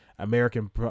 American